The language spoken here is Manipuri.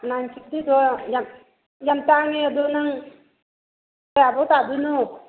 ꯅꯥꯏꯟ ꯐꯤꯐꯇꯤꯗꯣ ꯌꯥꯝ ꯇꯥꯡꯉꯦ ꯑꯗꯣ ꯅꯪ ꯀꯌꯥ ꯐꯥꯎ ꯇꯥꯗꯣꯏꯅꯣ